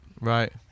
Right